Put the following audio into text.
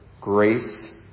grace